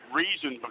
reason